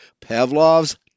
Pavlov's